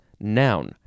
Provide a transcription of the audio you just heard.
Noun